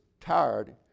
tired